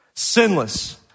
Sinless